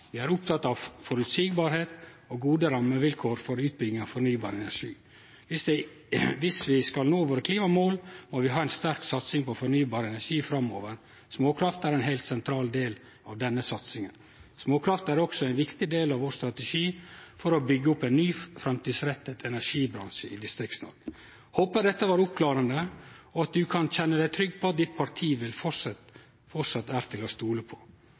Vi er opptatt av forutsigbare og gode rammevilkår for utbygging av fornybar energi. Hvis vi skal nå våre klimamål må vi ha en sterk satsing på fornybar energi framover. Småkraft er en helt sentral del av denne satsingen. Småkraft er også en viktig del av vår strategi for å bygge opp en ny, framtidsretta energibransje i distrikts-Norge. Håper dette var oppklarende. Og at du nå kan kjenne deg trygg på at partiet ditt fortsatt er til å stole på.»